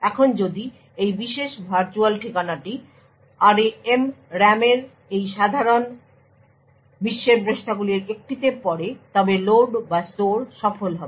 এখন যদি এই বিশেষ ভার্চুয়াল ঠিকানাটি RAM এর এই সাধারণ বিশ্বের পৃষ্ঠাগুলির একটিতে পড়ে তবে লোড বা স্টোর সফল হবে